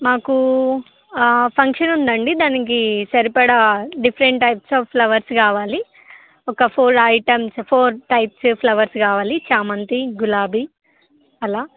మాకు ఫంక్షన్ ఉందండి దానికి సరిపడా డిఫరెంట్ టైప్స్ ఆఫ్ ఫ్లవర్స్ కావాలి ఒక four items four types flowers కావాలి చామంతి గులాబీ అలా